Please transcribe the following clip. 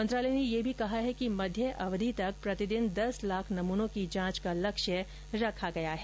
मंत्रालय ने यह भी कहा है कि मध्य अवधि तक प्रतिदिन दस लाख नमूनों की जांच का लक्ष्य रखा गया है